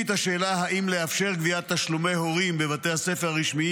וזאת באמצעות הטלת חובה נוספת לחובות המוטלות